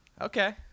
Okay